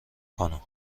کنم